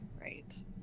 Right